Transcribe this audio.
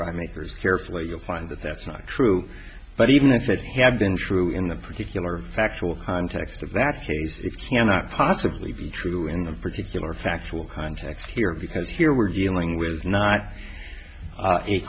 right makers carefully you'll find that that's not true but even if it had been true in the particular factual context of that case it cannot possibly be true in the particular factual context here because here we're dealing with not